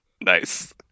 Nice